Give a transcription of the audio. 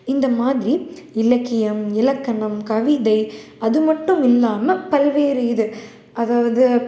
இந்த மாதிரி இலக்கியம் இலக்கணம் கவிதை அது மட்டும் இல்லாமல் பல்வேறு இது அதாவது